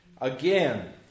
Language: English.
Again